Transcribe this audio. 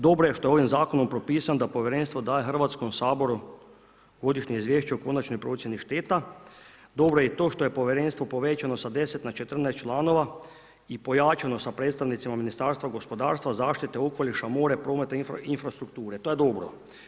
Dobro je što je ovim zakonom propisano da povjerenstvo daje Hrvatskom saboru Godišnje izvješće o konačnoj procjeni šteta, dobro je to što je povjerenstvo povećano s 10 na 14 članova i pojačano sa predstavnicima Ministarstva gospodarstva, zaštite okoliša, more, prometa, infrastrukture, to je dobro.